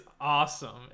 awesome